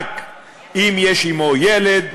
רק אם יש עמו ילד,